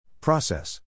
Process